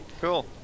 cool